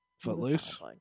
footloose